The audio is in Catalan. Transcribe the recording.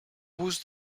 vos